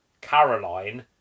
Caroline